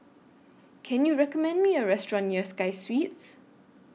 Can YOU recommend Me A Restaurant near Sky Suites